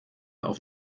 auf